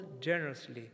generously